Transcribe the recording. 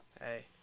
hey